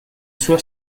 sua